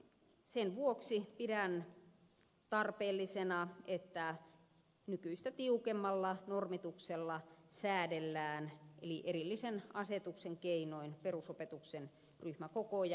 sen vuoksi pidän tarpeellisena että nykyistä tiukemmalla normituksella säädellään eli erillisen asetuksen keinoin perusopetuksen ryhmäkokoja